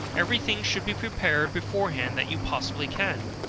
every thing should be prepared beforehand that you possibly can.